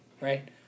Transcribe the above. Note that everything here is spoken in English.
right